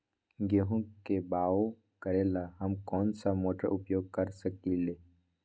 गेंहू के बाओ करेला हम कौन सा मोटर उपयोग कर सकींले?